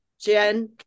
Jen